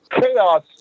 Chaos